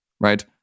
right